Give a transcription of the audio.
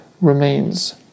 remains